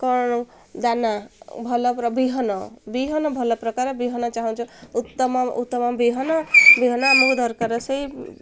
କ'ଣ ଦାନା ଭଲ ବିହନ ବିହନ ଭଲ ପ୍ରକାର ବିହନ ଚାହୁଁଛୁ ଉତ୍ତମ ବିହନ ବିହନ ଆମକୁ ଦରକାର ସେଇ